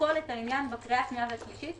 שנשקול את העניין בקריאה השנייה ושלישית,